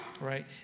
right